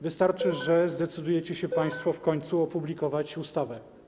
Wystarczy, że zdecydujecie się państwo w końcu opublikować ustawę.